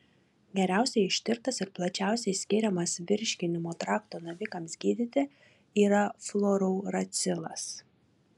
geriausiai ištirtas ir plačiausiai skiriamas virškinimo trakto navikams gydyti yra fluorouracilas